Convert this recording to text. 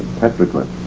petroglyphs